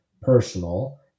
personal